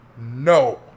no